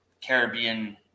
Caribbean